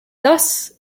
thus